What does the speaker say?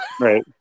Right